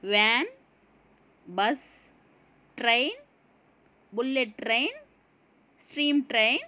van bus train bullet train steam train